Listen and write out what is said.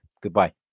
goodbye